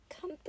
come